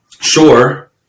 sure